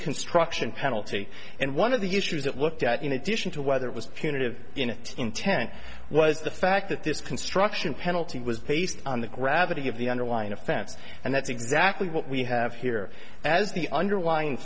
construction penalty and one of the issues that looked at in addition to whether it was punitive into was the fact that this construction penalty was based on the gravity of the underlying offense and that's exactly what we have here as the underlying